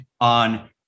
on